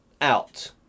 out